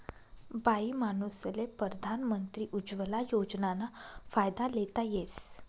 बाईमानूसले परधान मंत्री उज्वला योजनाना फायदा लेता येस